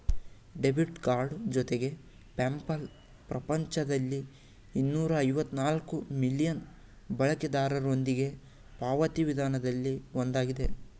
debit card ಜೊತೆಗೆ PayPal ಪ್ರಪಂಚದಲ್ಲಿ ಇನ್ನೂರ ಐವತ್ತ ನಾಲ್ಕ್ ಮಿಲಿಯನ್ ಬಳಕೆದಾರರೊಂದಿಗೆ ಪಾವತಿ ವಿಧಾನದಲ್ಲಿ ಒಂದಾಗಿದೆ